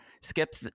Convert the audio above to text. Skip